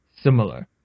similar